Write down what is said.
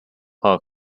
herr